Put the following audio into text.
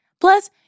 Plus